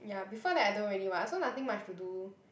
ya before that I don't really want I also nothing much to do